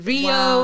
Rio